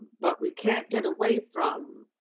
but we can't get away from,